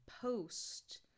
post